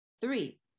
Three